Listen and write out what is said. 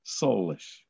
soulish